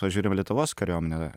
pažiūrim lietuvos kariuomenę